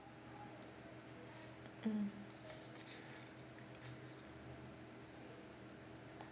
mm